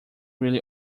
really